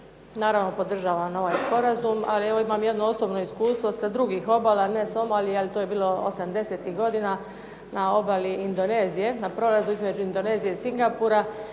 Naravno podržavam ovaj sporazum, ali evo imam jedno osobno iskustvo sa drugih obala ne Somalije, ali to je bilo '80-ih godina na obali Indonezije, na prolazu između Indonezije i Singapura